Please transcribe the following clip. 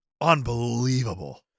Unbelievable